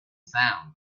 sound